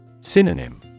Synonym